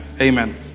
Amen